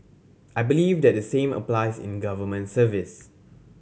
I believe that the same applies in government service